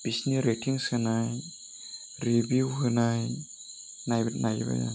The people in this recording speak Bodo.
बिसोरनि रेटिंस होनाय रिभिउ होनाय नायबाय आं